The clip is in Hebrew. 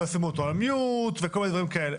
לא ישימו אותו על מיוט ודברים כאלה.